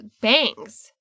bangs